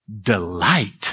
delight